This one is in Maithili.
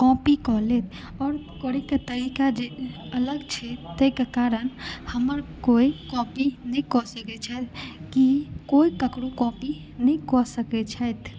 कॉपी कऽ लेत आओर करैके तरीका जे अलग छै ताहिके कारण हमर कोई कॉपी नहि कऽ सकैत छथि कि कोई ककरो कॉपी नहि कऽ सकैत छथि